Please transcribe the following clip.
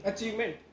Achievement